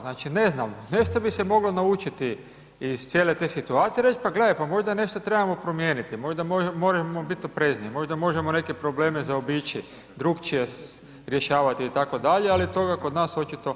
Znači ne znam nešto bi se moglo naučiti iz cijele te situacije i reć pa gledaj pa možda nešto trebamo promijeniti, možda možemo biti oprezniji, možda možemo neke probleme zaobići, drugačije rješavati itd., ali toga kod nas očito nema.